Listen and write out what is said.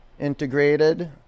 Integrated